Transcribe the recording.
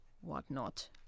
whatnot